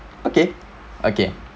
okay okay